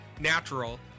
natural